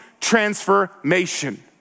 transformation